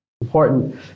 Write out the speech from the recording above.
Important